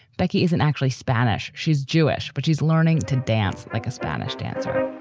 becky isn't actually spanish. she's jewish, but she's learning to dance like a spanish dancer